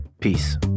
peace